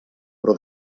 però